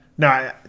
No